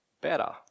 better